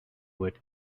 would